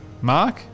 Mark